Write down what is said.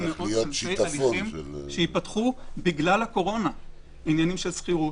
מאות-אלפי הליכים שייפתחו בגלל הקורונה - עניינים של שכירות,